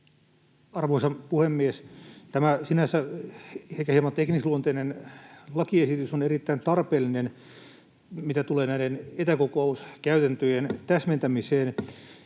Arvoisa puhemies! Tämä sinänsä ehkä hieman teknisluonteinen lakiesitys on erittäin tarpeellinen, mitä tulee näiden etäkokouskäytäntöjen täsmentämiseen.